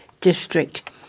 District